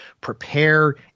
prepare